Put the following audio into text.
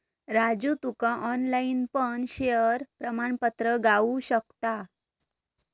राजू तुका ऑनलाईन पण शेयर प्रमाणपत्र गावु शकता